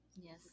Yes